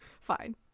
fine